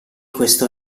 questo